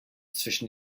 zwischen